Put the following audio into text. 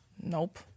Nope